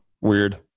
weird